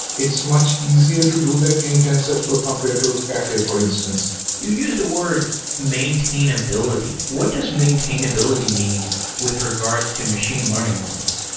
it's much easier to do that in tensorflow compared to cafe, for instance you used a word maintainability. what does maintainability mean with regards to machine learning models?